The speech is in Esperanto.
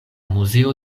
muzeo